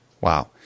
Wow